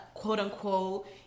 quote-unquote